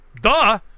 duh